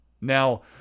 now